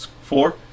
Four